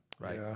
right